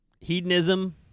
hedonism